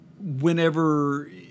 whenever